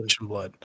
blood